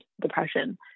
depression